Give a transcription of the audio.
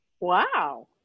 wow